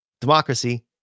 democracy